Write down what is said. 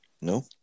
No